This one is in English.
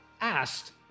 asked